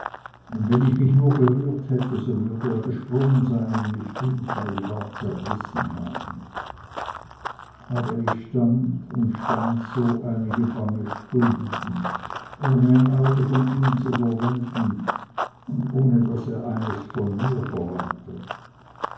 und wenn ich mich nur gerührt hätte so würde er gesprungen sein und mich unfehlbar zerrissen haben aber ich stand und stand so einige lange stunden ohne ein auge von ihm zu verwenden und ohne daß er eines von mir verwandte